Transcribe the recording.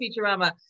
Futurama